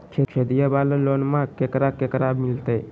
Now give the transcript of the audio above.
खेतिया वाला लोनमा केकरा केकरा मिलते?